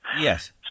Yes